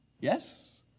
Yes